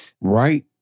Right